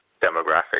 demographic